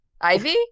Ivy